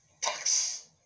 tax